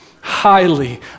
highly